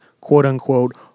quote-unquote